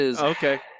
Okay